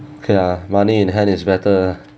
okay lah money in hand is better